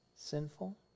sinful